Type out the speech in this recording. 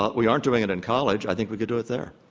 but we aren't doing it in college. i think we could do it there.